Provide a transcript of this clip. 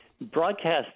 Broadcast